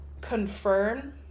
confirm